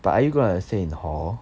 but are you gonna stay in hall